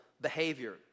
behavior